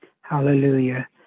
Hallelujah